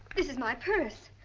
this is my purse.